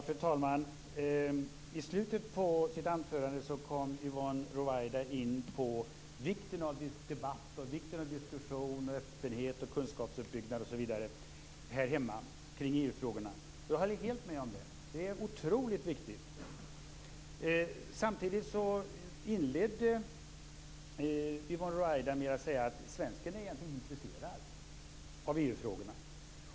Fru talman! I slutet av sitt anförande kom Yvonne Ruwaida in på vikten av debatt, diskussion, öppenhet, kunskapsuppbyggnad osv. här hemma kring EU frågorna. Jag håller helt med om det. Det är otroligt viktigt. Samtidigt inledde Yvonne Ruwaida med att säga att svensken egentligen inte är intresserad av EU frågorna.